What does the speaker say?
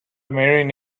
marine